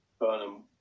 Burnham